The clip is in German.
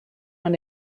man